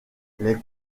les